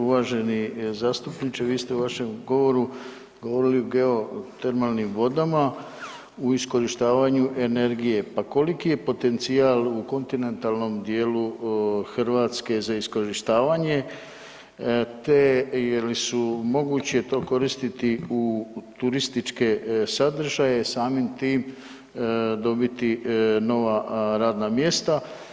Uvaženi zastupniče, vi ste u vašem govoru govorili o geotermalnim vodama, u iskorištavanju energije, pa koliki je potencijal u kontinentalnom dijelu Hrvatske za iskorištavanje te je li su moguće to koristiti u turističke sadržaje, samim tim dobiti nova radna mjesta.